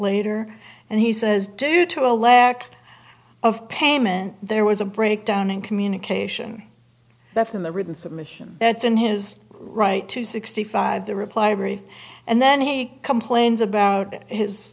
later and he says due to a lack of payment there was a breakdown in communication that's in the written submission that's in his right to sixty five the reply brief and then he complains about his